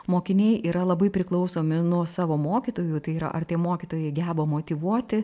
mokiniai yra labai priklausomi nuo savo mokytojų tai yra ar tie mokytojai geba motyvuoti